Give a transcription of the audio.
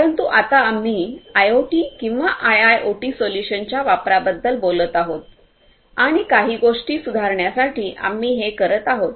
परंतु आता आम्ही आयओटी किंवा आयआयओटी सोल्यूशन्सच्या वापराबद्दल बोलत आहोत आणि काही गोष्टी सुधारण्यासाठी आम्ही हे करत आहोत